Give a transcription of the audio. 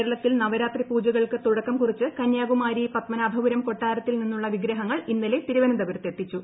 കേരളത്തിൽ നവരാത്രി പൂജകൾക്ക് തുടക്കം കുറിച്ച് കന്യാകുമാരി പദ്മനാഭപുരം കൊട്ടാരത്തിൽ നിന്നുള്ളൂ വിഗ്രഹങ്ങൾ ഇന്നലെ തിരുവനന്തപുരത്തെത്തിച്ചു